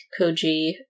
Koji